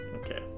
Okay